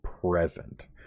present